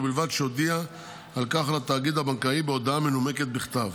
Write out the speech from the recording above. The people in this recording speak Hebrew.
ובלבד שהודיע על כך לתאגיד הבנקאי בהודעה מנומקת בכתב.